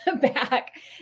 back